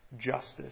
justice